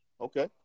Okay